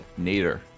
nader